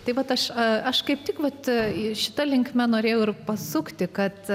tai vat aš aš kaip tik vat ir šita linkme norėjau ir pasukti kad